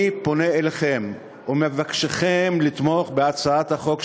אני פונה אליכם ומבקשכם לתמוך בהצעת החוק שלי,